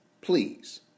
please